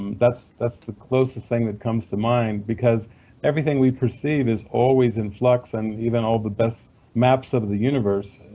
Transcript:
that's that's the closest thing that comes to mind, because everything we perceive is always in flux and even all the best maps of the universe,